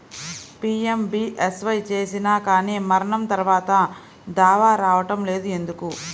PMBSY చేసినా కానీ మరణం తర్వాత దావా రావటం లేదు ఎందుకు?